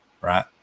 right